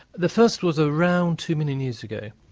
the first was around two million years ago,